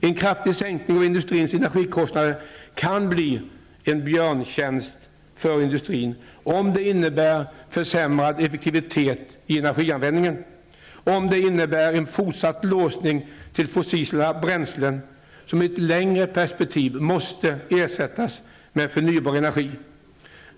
En kraftig sänkning av industrins energikostnader kan bli en björntjänst för industrin om det innebär försämrad effektivitet i energianvändningen och om det innebär en fortsatt låsning till fossila bränslen, som i ett längre perspektiv måste ersättas med förnybar energi.